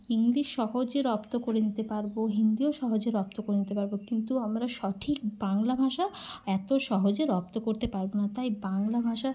English সহজে রপ্ত করে নিতে পারবো হিন্দিও সহজে রপ্ত করে নিতে পারবো কিন্তু আমরা সঠিক বাংলা ভাষা এত সহজে রপ্ত করতে পারবো না তাই বাংলা ভাষা